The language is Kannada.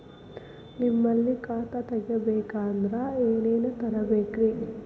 ನಿಮ್ಮಲ್ಲಿ ಖಾತಾ ತೆಗಿಬೇಕಂದ್ರ ಏನೇನ ತರಬೇಕ್ರಿ?